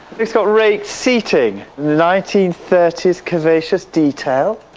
it's got raked seating! nineteen thirty s curvaceous detail.